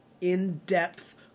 in-depth